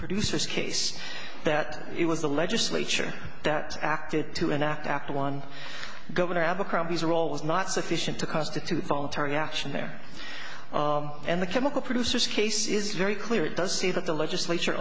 producers case that it was the legislature that acted to enact act one governor abercrombie's role was not sufficient to constitute voluntary action there and the chemical producers case is very clear it does say that the legislature